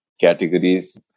categories